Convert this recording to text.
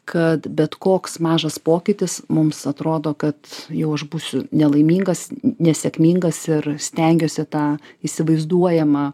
kad bet koks mažas pokytis mums atrodo kad jau aš būsiu nelaimingas nesėkmingas ir stengiuosi tą įsivaizduojamą